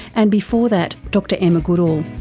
and before that, dr emma goodall.